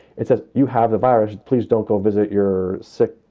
it says you have the virus. please don't go visit your sick,